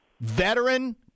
veteran